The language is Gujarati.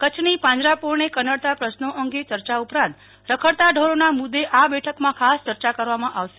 કચ્છની પાંજરાપોળને કનડતા પ્રશ્નો અંગે ચર્ચા ઉપરાંત રખડતા ઢોરોના મુદ્દે આ બેઠકમાં ખાસ ચર્ચા કરવામાં આવશે